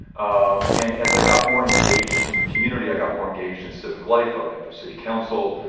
um and as i got more engaged in the community, i got more engaged in civic life. i ran for city council,